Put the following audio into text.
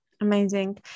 amazing